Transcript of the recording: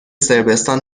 صربستان